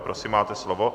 Prosím, máte slovo.